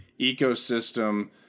ecosystem